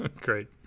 great